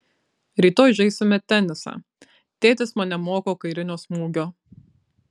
rytoj žaisime tenisą tėtis mane moko kairinio smūgio